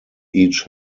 each